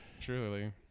Truly